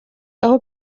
aho